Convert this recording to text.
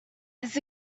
this